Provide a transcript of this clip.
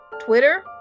Twitter